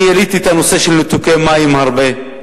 אני העליתי את הנושא של ניתוקי המים הרבים.